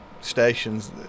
stations